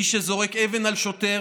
מי שזורק אבן על שוטר